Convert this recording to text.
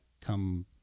come